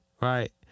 right